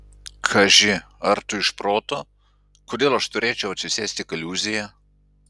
kaži ar tu iš proto kodėl aš turėčiau atsisėsti kaliūzėje